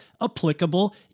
applicable